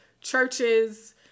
churches